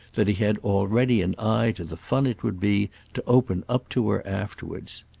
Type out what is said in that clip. that he had already an eye to the fun it would be to open up to her afterwards.